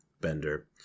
bender